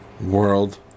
World